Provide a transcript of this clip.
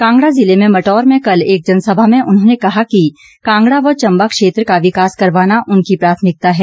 कांगड़ा जिले में मटौर में कल एक जनसभा में उन्होंने कहा कि कांगड़ा व चंबा क्षेत्र का विकास करवाना उनकी प्राथमिकता है